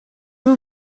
vous